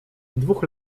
dwóch